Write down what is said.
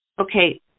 okay